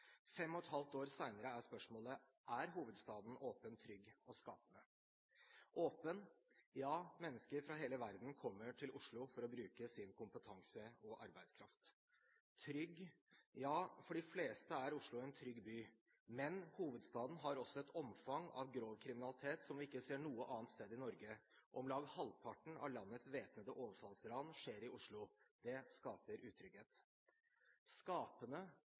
spørsmålet: Er hovedstaden åpen, trygg og skapende? Åpen? Ja, mennesker fra verden kommer til Oslo for å bruke sin kompetanse og arbeidskraft. Trygg? Ja, for de fleste er Oslo en trygg by. Men hovedstaden har også et omfang av grov kriminalitet som vi ikke ser noe annet sted i Norge. Om lag halvparten av landets væpnede overfallsran skjer i Oslo. Det skaper